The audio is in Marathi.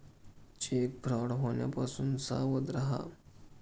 चेक फ्रॉड होण्यापासून सावध रहा